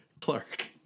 Clark